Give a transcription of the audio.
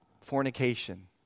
fornication